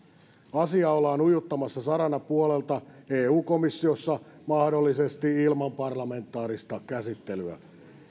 asiaa ollaan ujuttamassa saranapuolelta eu komissiossa mahdollisesti ilman parlamentaarista käsittelyä